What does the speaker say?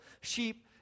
sheep